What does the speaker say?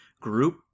group